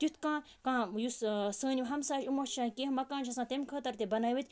تیُتھ کانٛہہ کانٛہہ یُس سٲنۍ یِم ہمساے ہِمو چھِ شاید کینٛہہ مکان چھِ آسان تمہِ خٲطرٕ تہِ بَنٲوِتھ